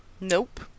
Nope